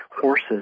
horses